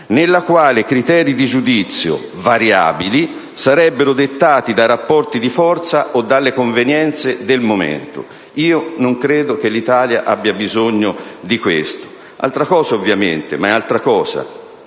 nella quale criteri di giudizio (variabili) sarebbero dettati da rapporti di forza o dalle convenienze del momento. Non credo che l'Italia abbia bisogno di questo. Altra cosa ovviamente sono la